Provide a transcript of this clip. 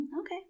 Okay